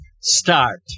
start